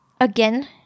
Again